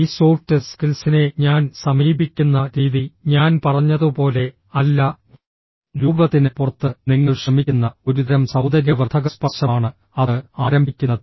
ഈ സോഫ്റ്റ് സ്കിൽസിനെ ഞാൻ സമീപിക്കുന്ന രീതി ഞാൻ പറഞ്ഞതുപോലെ അല്ല രൂപത്തിന് പുറത്ത് നിങ്ങൾ ശ്രമിക്കുന്ന ഒരുതരം സൌന്ദര്യവർദ്ധക സ്പർശമാണ് അത് ആരംഭിക്കുന്നത്